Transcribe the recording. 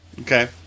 Okay